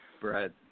Brad